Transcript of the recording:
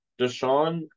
Deshaun